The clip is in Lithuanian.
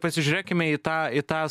pasižiūrėkime į tą į tą